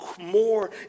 more